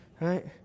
Right